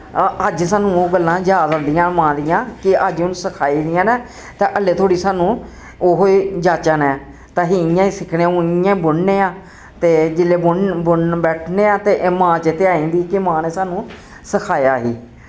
अज साह्नू ओह् गल्लां जाद औंदियां न मां दियां कि अज्ज उन्न सखाई दियां न ते आह्ले तोड़ी साह्नू ओही जाचां नै ते असी इ'यां सिक्खने हून इ'यां बुन'ने आं ते जिसले बुन बुन'न बैठने आं ते मां चेत्तै आई जंदी कि मां नै साह्नू सखाया ही